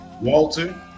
Walter